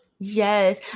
Yes